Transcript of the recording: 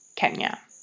Kenya